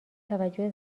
توجه